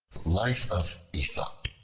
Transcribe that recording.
life of aesop